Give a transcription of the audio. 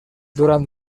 durant